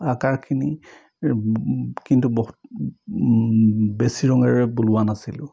আকাৰখিনি কিন্তু বহুত বেছি ৰঙেৰে বোলোৱা নাছিলোঁ